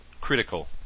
critical